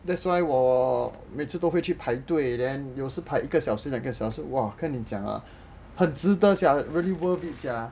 that's why 我每次都会去排队 then 有时排一个小时两个小时的 !wah! 跟你讲啊很值得想 really worth it sia